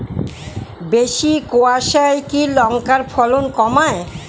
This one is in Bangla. বেশি কোয়াশায় কি লঙ্কার ফলন কমায়?